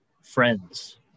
friends